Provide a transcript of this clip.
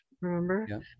remember